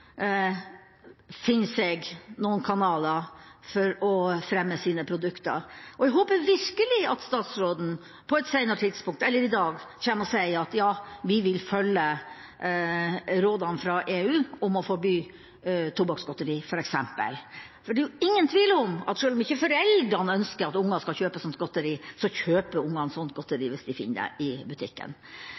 finner seg kanaler for å fremme sine produkter. Jeg håper virkelig at statsråden på et seinere tidspunkt, eller i dag, sier at man vil følge rådene fra EU om å forby f.eks. tobakksgodteri. For det er ingen tvil om at selv om ikke foreldrene ønsker at ungene skal kjøpe slikt godteri, kjøper de slikt godteri hvis de finner det i butikken.